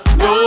no